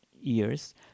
years